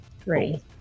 Three